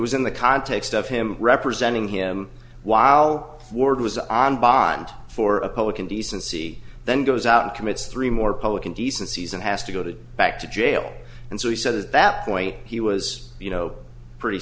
was in the context of him representing him while ward was on bond for a public indecency then goes out and commits three more public indecency is and has to go to back to jail and so he said at that point he was you know pretty